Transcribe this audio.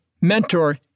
mentor